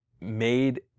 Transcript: made